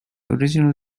original